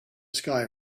sky